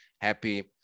happy